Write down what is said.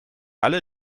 alle